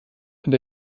und